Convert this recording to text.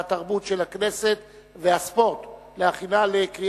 התרבות והספורט נתקבלה.